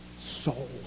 soul